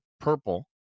purple